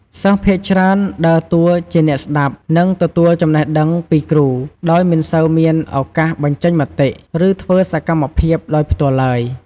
សិស្សភាគច្រើនដើរតួជាអ្នកស្តាប់ និងទទួលចំណេះដឹងពីគ្រូ ដោយមិនសូវមានឱកាសបញ្ចេញមតិ ឬធ្វើសកម្មភាពដោយផ្ទាល់ឡើយ។